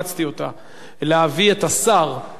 להביא את השר לוועדת הפנים,